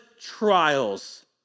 Trials